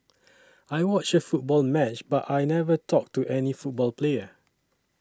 I watched a football match but I never talked to any football player